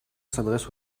s’adresse